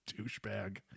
douchebag